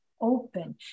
open